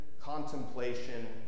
contemplation